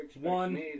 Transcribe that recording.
one